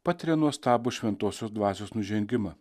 patiria nuostabų šventosios dvasios nužengimą